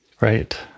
Right